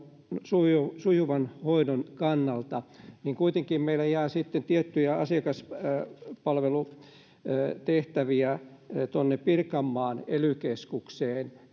sujuvan sujuvan hoidon kannalta niin kuitenkin meillä jää sitten tiettyjä asiakaspalvelutehtäviä tuonne pirkanmaan ely keskukseen